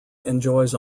enjoys